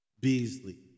Beasley